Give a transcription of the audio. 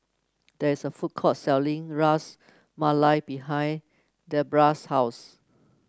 there is a food court selling Ras Malai behind Debrah's house